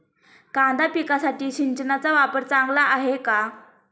कांदा पिकासाठी सिंचनाचा वापर चांगला आहे का?